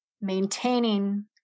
Maintaining